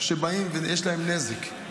שבאים ויש להם נזק,